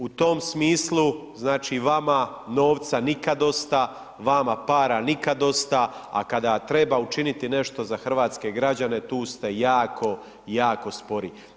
U tom smislu, znači, vama novca nikad dosta, vama para nikad dosta, a kada treba učiniti nešto za hrvatske građane tu ste jako, jako spori.